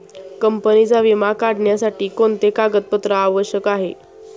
कंपनीचा विमा काढण्यासाठी कोणते कागदपत्रे आवश्यक आहे?